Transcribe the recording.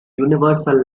universal